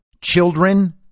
children